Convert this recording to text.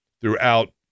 throughout